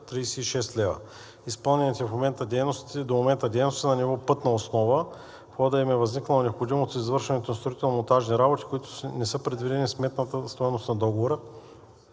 336 лв. Изпълнените до момента дейности са на ниво пътна основа. В хода им е възникнала необходимост за извършването на строително-монтажни работи, които не са предвидени в сметната стойност на договора,